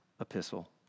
epistle